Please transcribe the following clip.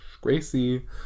Gracie